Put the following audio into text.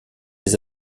des